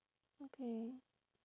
okay